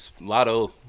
Lotto